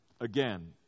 again